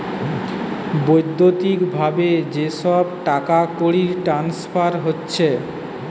বৈদ্যুতিক ভাবে যে সব টাকাকড়ির ট্রান্সফার হচ্ছে